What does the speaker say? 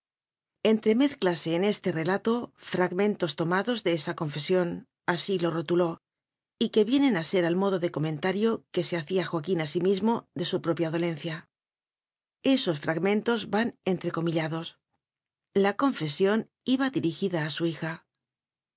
entremézcla se en este relato fragmentos tomados de esa confesiónasí lo rotuló y que vienen a ser al modo de comen tario que se hacía joaquín a sí mismo de su propia dolencia esos fragmen tos van entrecomillados la confesión iba dirigida a su hija